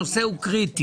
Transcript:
הנושא הוא קריטי.